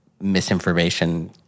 misinformation